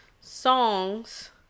songs